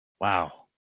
wow